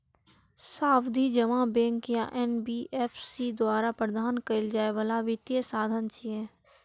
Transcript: सावधि जमा बैंक या एन.बी.एफ.सी द्वारा प्रदान कैल जाइ बला वित्तीय साधन छियै